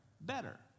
better